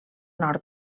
nord